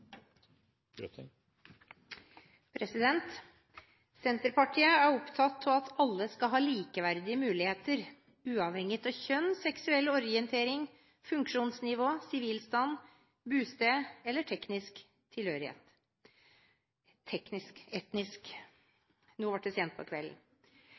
arbeidsgivere. Senterpartiet er opptatt av at alle skal ha likeverdige muligheter, uavhengig av kjønn, seksuell orientering, funksjonsnivå, sivilstand, bosted og etnisk tilhørighet.